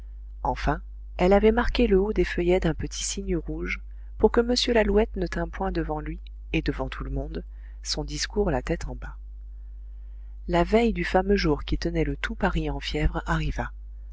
enfin elle avait marqué le haut des feuillets d'un petit signe rouge pour que m lalouette ne tînt point devant lui et devant tout le monde son discours la tête en bas la veille du fameux jour qui tenait le tout paris en fièvre arriva